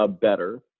better